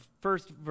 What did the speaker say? First